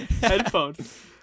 headphones